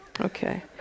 Okay